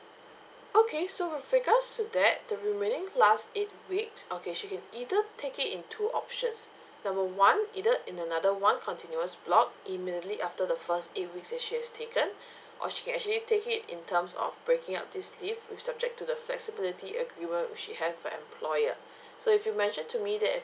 okay so with regards to that the remaining last eight weeks okay she can either take it in two options number one either in another one continuous block immediately after the first eight weeks as she has taken or she can actually take it in terms of breaking up this leave with subject to the flexibility agreement which she have with her employer so if you mentioned to me that